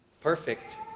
perfect